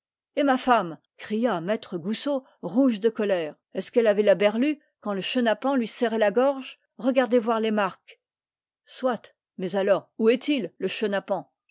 et ma femme cria maître goussot rouge de colère est-ce qu'elle avait la berlue quand le chenapan lui serrait la gorge regardez voir les marques soit mais alors où est-il le chenapan